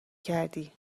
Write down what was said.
کردی